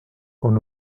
qu’on